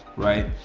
right?